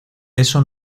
eso